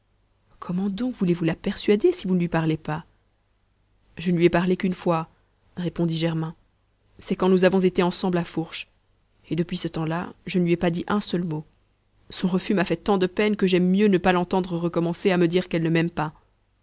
comment donc voulez-vous la persuader si vous ne lui parlez pas je ne lui ai parlé qu'une fois répondit germain c'est quand nous avons été ensemble à fourche et depuis ce tempslà je ne lui ai pas dit un seul mot son refus m'a fait tant de peine que j'aime mieux ne pas l'entendre recommencer à me dire qu'elle ne m'aime pas